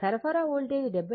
సరఫరా వోల్టేజ్ 70